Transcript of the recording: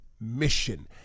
mission